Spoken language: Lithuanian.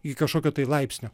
į kažkokio tai laipsnio